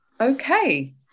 okay